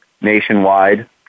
nationwide